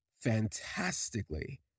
fantastically